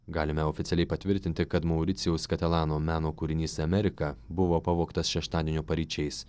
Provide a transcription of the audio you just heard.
galime oficialiai patvirtinti kad mauricijaus katelano meno kūrinys amerika buvo pavogtas šeštadienio paryčiais